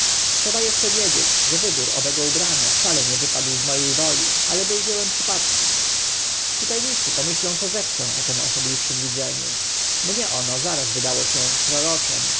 trzeba eszcze widzieć że wybór owego ubrania wcale nie wypadł z mo e woli ale był dziełem przypadku czytelnicy pomyślą co zechcą o tym osobliwszym widzeniu mnie ono zaraz wydało się proroczym